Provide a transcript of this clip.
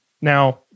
Now